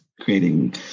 creating